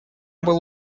было